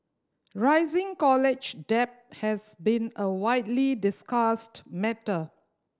rising college debt has been a widely discussed matter